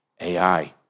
AI